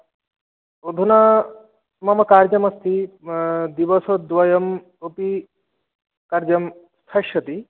अधुना मम कार्यमस्ति दिवसद्वयम् अपि कार्यं पश्यति